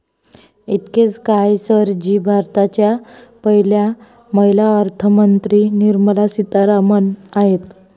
इतकेच काय, सर जी भारताच्या पहिल्या महिला अर्थमंत्री निर्मला सीतारामन आहेत